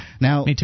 Now